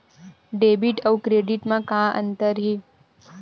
Debit अउ credit म का अंतर हे?